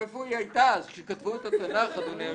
איפה היא הייתה כשכתבו את התנ"ך אדוני?